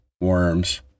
worms